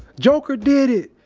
joker did it!